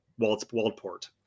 Waldport